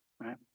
right